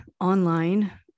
online